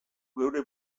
geure